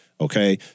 okay